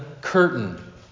curtain